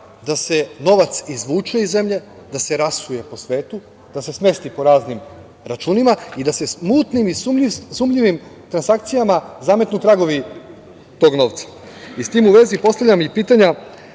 da se novac izvuče iz zemlje, da se rasuje po svetu, da se smesti po raznim računima i da se mutnim i sumnjivim transakcijama zametnu tragovi tog novca.S tim u vezi, postavljam pitanja